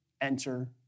enter